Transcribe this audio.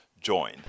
join